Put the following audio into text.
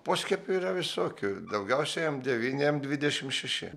poskiepių yra visokių daugiausiai m devyni m dvidešimt šeši